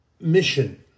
mission